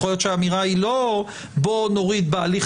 יכול להיות שהאמירה היא לא בוא נוריד בהליך